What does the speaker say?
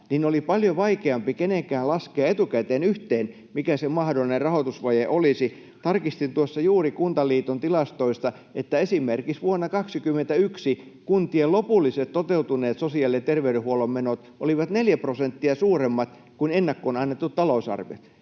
niin oli paljon vaikeampi kenenkään laskea etukäteen yhteen, mikä se mahdollinen rahoitusvaje olisi. Tarkistin tuossa juuri Kuntaliiton tilastoista, että esimerkiksi vuonna 21 kuntien lopulliset, toteutuneet sosiaali- ja terveydenhuollon menot olivat neljä prosenttia suuremmat kuin ennakkoon annetut talousarviot.